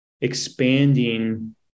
expanding